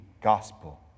gospel